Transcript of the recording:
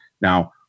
Now